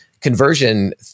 Conversion